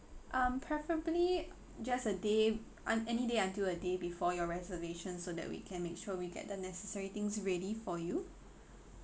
um preferably just a day on any day until a day before your reservation so that we can make sure we get the necessary things ready for you